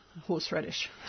horseradish